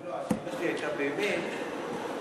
השאלה שלי הייתה באמת,